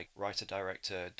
writer-director